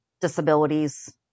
disabilities